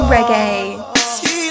Reggae